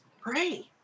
pray